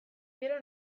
gero